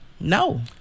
No